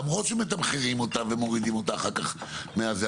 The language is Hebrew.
למרות שמתמרים אותה ומורידים אותה אחר כך מזה.